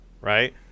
right